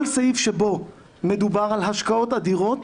כל סעיף שבו מדובר על השקעות אדירות,